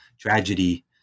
tragedy